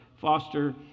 Foster